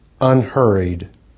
unhurried